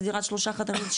האם זה דירת שלושה חדרים,